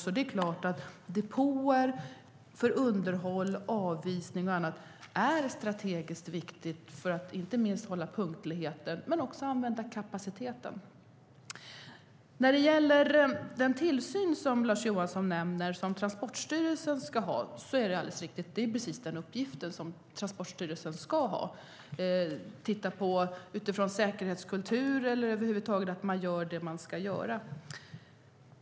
Det är alltså klart att depåer för underhåll, avisning och så vidare är strategiskt viktiga inte minst för punktligheten men också för att kapaciteten ska användas på ett bra sätt. Lars Johansson nämner den tillsyn som Transportstyrelsen ska ha. Det är alldeles riktigt att Transportstyrelsen ska ha precis den uppgiften, att utifrån en säkerhetskultur och annat göra det som man ska göra.